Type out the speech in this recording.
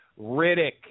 Riddick